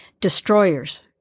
Destroyers